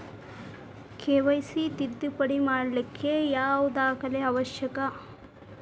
KYC ತಿದ್ದುಪಡಿ ಮಾಡ್ಲಿಕ್ಕೆ ಯಾವ ದಾಖಲೆ ಅವಶ್ಯಕ?